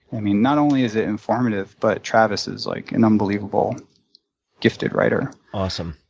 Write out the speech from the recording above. i mean, not only is it informative, but travis is like an unbelievable gifted writer. awesome.